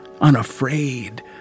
unafraid